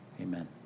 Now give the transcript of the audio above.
amen